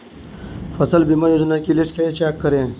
फसल बीमा योजना की लिस्ट कैसे चेक करें?